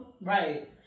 right